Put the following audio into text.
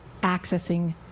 accessing